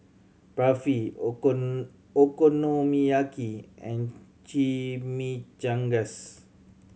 Barfi Okonomiyaki and Chimichangas